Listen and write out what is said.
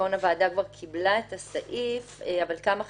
הוועדה כבר קיבלה את הסעיף, אבל יש כמה חידודים.